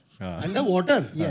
Underwater